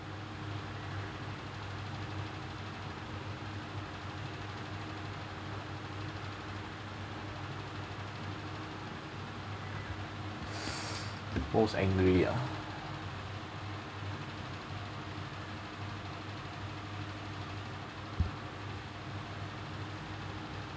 most angry ah